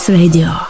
Radio